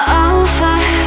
over